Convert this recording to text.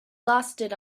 lasted